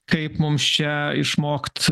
kaip mums čia išmokt